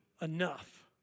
enough